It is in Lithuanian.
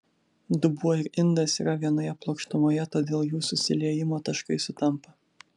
dubuo ir indas yra vienoje plokštumoje todėl jų susiliejimo taškai sutampa